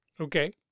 Okay